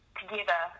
together